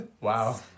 Wow